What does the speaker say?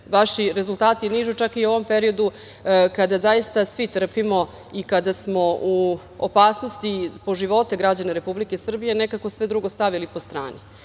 vaši rezultati nižu čak i u ovom periodu kada zaista svi trpimo i kada smo u opasnosti po živote građana Republike Srbije nekako sve drugo stavili po strani.